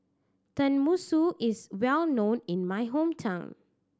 tenmusu is well known in my hometown